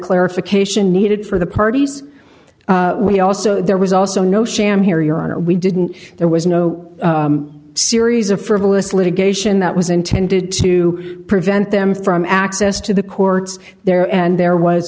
clarification needed for the parties we also there was also no sham here your honor we didn't there was no series of frivolous litigation that was intended to prevent them from access to the courts there and there was